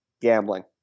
gambling